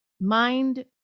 mind